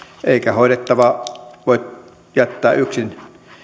eikä hoidettavaa voi jättää yksin